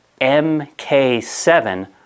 MK7